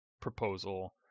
proposal